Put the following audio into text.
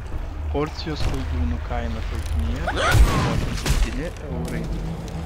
porcijos koldūnų kaina traukinyje buvo apie septyni eurai